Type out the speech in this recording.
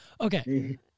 Okay